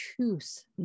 choose